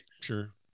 Sure